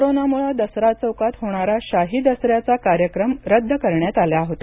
कोरोनामुळे दसरा चौकात होणारा शाही दसऱ्याचा कार्यक्रम रद्द करण्यात आला होता